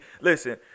Listen